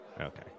Okay